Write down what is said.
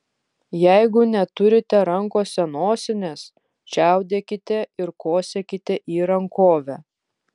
jeigu neturite rankose nosinės čiaudėkite ir kosėkite į rankovę